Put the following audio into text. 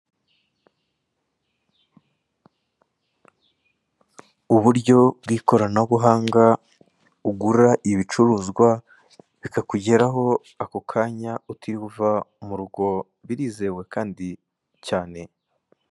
Uburyo bw'ikoranabuhanga, ugura ibicuruzwa, bikakugeraho ako kanya, uturiwe uva mu rugo. Birizewe kandi cyane.